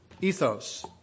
ethos